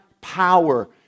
power